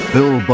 Bill